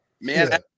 man